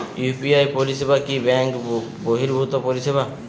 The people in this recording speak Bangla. ইউ.পি.আই পরিসেবা কি ব্যাঙ্ক বর্হিভুত পরিসেবা?